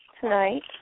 tonight